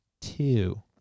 two